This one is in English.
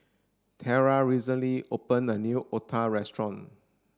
terell recently opened a new otah restaurant